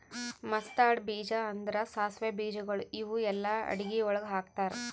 mustard ಬೀಜ ಅಂದುರ್ ಸಾಸಿವೆ ಬೀಜಗೊಳ್ ಇವು ಎಲ್ಲಾ ಅಡಗಿ ಒಳಗ್ ಹಾಕತಾರ್